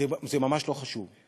זה ממש לא חשוב.